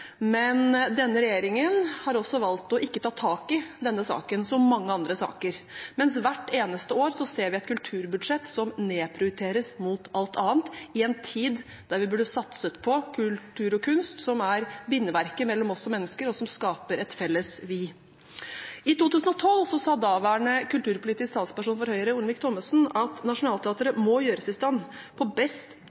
men denne regjeringen har valgt ikke å ta tak i denne saken som mange andre saker. Hvert eneste år ser vi et kulturbudsjett som nedprioriteres mot alt annet, i en tid der vi burde satset på kultur og kunst, som er bindeverket mellom oss som mennesker, og som skaper et felles vi. I 2012 sa daværende kulturpolitisk talsperson for Høyre, Olemic Thommessen, at Nationaltheatret må gjøres i stand på best